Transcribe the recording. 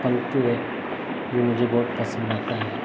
पंक्ती है जो मुझे बहुत पसंद आता है